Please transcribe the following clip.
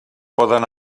poden